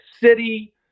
city